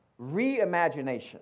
reimagination